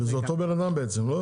וזה אותו בן אדם בעצם, לא?